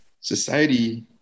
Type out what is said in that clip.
society